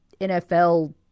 NFL